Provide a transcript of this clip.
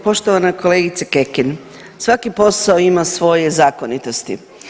Poštovana kolegice Kekin, svaki posao ima svoje zakonitosti.